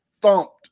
thumped